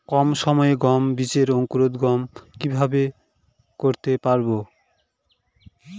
কম সময়ে গম বীজের অঙ্কুরোদগম কিভাবে করতে পারব?